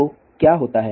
तो क्या होता है